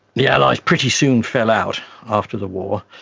the allies pretty soon fell out after the war,